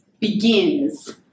begins